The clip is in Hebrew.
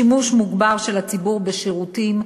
שימוש מוגבר של הציבור בשירותים,